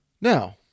Now